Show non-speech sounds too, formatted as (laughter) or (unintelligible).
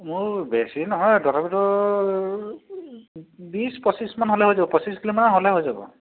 মোৰ বেছি নহয় তথাপিতো (unintelligible) বিছ পঁচিছমান হ'লে হৈ যাব পঁচিছ কিলোমান হ'লে হৈ যাব